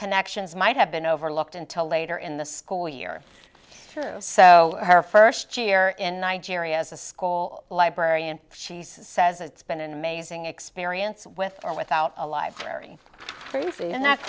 connections might have been overlooked until later in the school year so her first year in nigeria as a school librarian she says it's been an amazing experience with or without a library briefly and that's